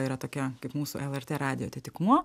yra tokia kaip mūsų lrt radijo atitikmuo